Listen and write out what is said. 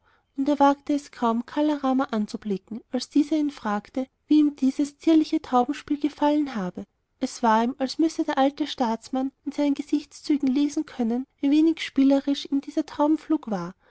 und er wagte es kaum kala rama anzublicken als dieser ihn fragte wie ihm dieses zierliche taubenspiel gefallen habe es war ihm als müsse der alte staatsmann in seinen gesichtszügen lesen können wie wenig spielerisch ihm dieser taubenflug war